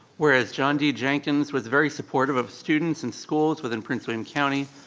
whereas john d. jenkins was very supportive of students and schools within prince william county,